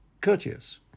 courteous